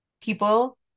people